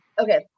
okay